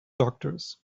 doctors